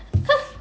cause